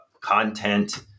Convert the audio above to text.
content